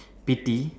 pity